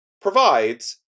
provides